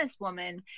businesswoman